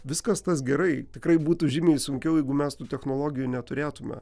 viskas tas gerai tikrai būtų žymiai sunkiau jeigu mes tų technologijų neturėtume